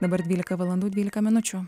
dabar dvylika valandų dvylika minučių